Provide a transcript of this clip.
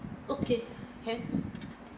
okay can